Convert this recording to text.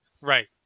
Right